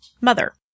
mother